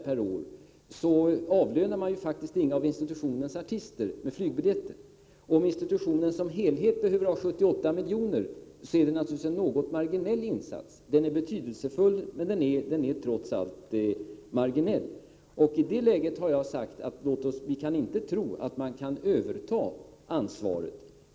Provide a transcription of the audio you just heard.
per år, avlönar man därigenom faktiskt inga av institutionens artister. Om institutionen såsom helhet behöver 78 milj.kr. om året, är beloppet 250 000 kr. naturligtvis en något marginell insats. Den är betydelsefull, men den är trots allt marginell. I detta läge har jag förklarat att man inte skall tro att någon kan överta ansvaret.